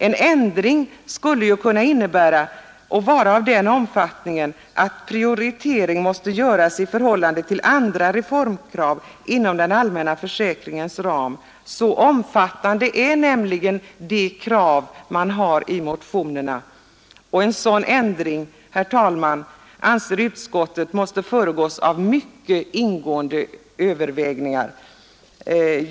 En ändring skulle kunna innebära kostnader av sådan omfattning att prioritering måste göras i förhållande till andra reformkrav inom den allmänna försäkringens ram. Så omfattande är nämligen de krav som framförs i motionerna, och en sådan ändring anser utskottet måste föregås av mycket ingående överväganden. Herr talman!